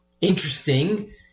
interesting